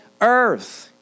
earth